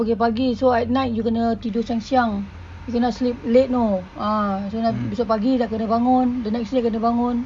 okay pagi-pagi so at night you kena tidur siang-siang you cannot sleep late know ah besok pagi dah kena bangun the next day kena bangun